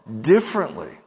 differently